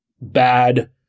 bad